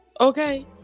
okay